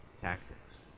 tactics